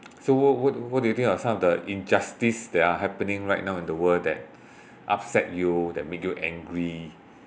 so what what do you think are some of the injustice that are happening right now in the world that upset you that make you angry